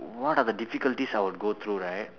what are the difficulties I would go through right